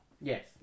Yes